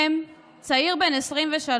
מ', צעיר בן 23,